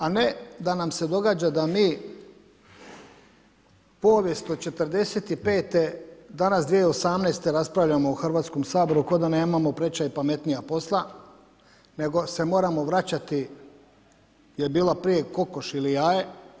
A ne da nam se događa da mi povijest od '45. danas 2018. raspravljamo u Hrvatskome saboru, ko da nemamo prećija i pametnija posla, nego se moramo vraćati, jer je bilo prije kokoš ili jaje.